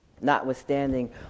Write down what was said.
Notwithstanding